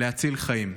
להציל חיים.